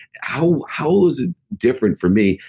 how how was it different for me?